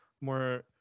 more